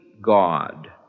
God